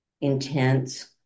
intense